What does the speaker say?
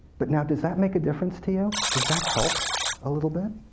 but now, does that make a difference to you? does that help a little bit?